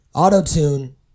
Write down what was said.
Auto-tune